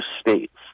states